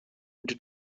güte